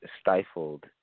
stifled